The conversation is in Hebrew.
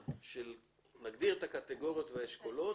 נגדיר את הקטגוריות ואת האשכולות.